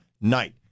night